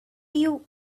you